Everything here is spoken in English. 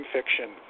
Fiction